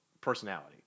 personality